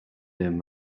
him